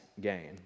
gain